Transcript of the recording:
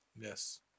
Yes